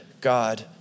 God